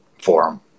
Forum